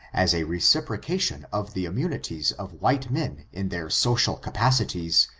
as a reciprocation of the immu nities of white men in their social capacities,